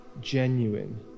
genuine